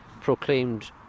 proclaimed